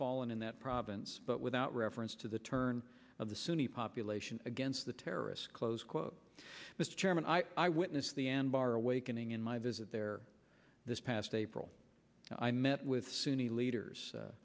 fallen in that province but without reference to the turn of the sunni population against the terrorists close quote mr chairman i i witnessed the end bar awakening in my visit there this past april i met with sunni leaders a